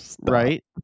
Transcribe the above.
Right